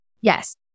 Yes